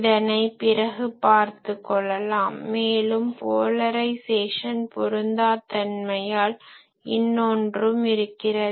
இதனை பிறகு பார்த்து கொள்ளலாம் மேலும் போலரைஸேசன் பொருந்தா தன்மையால் இன்னொன்றும் இருக்கிறது